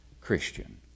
Christian